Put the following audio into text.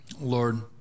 Lord